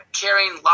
carrying